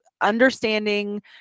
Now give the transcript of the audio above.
understanding